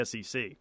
SEC